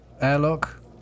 airlock